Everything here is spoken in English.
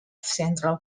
central